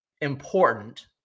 important –